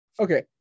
Okay